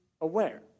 aware